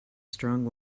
strong